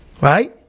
Right